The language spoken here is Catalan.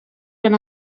gran